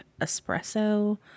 espresso